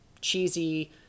cheesy